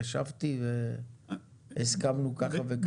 ישבתי והסכמנו ככה וככה.